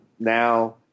Now